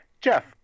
Jeff